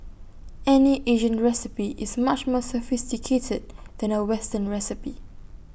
any Asian recipe is much more sophisticated than A western recipe